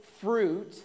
fruit